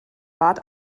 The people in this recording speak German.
bat